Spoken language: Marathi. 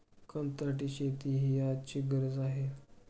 कंत्राटी शेती ही आजची गरज आहे